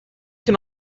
can